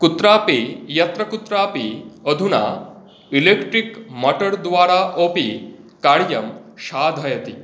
कुत्रापि यत्रकुत्रापि अधुना इलेक्ट्रिक् माटर् द्वारा अपि कार्यं साधयति